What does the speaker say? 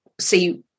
see